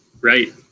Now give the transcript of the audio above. right